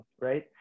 right